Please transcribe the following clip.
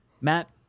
matt